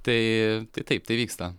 tai taip tai vyksta